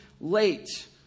late